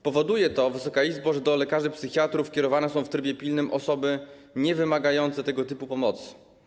Powoduje to, Wysoka Izbo, że do lekarzy psychiatrów kierowane są w trybie pilnym osoby niewymagające tego typu pomocy.